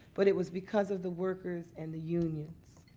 but it was because of the workers and the unions.